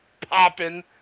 popping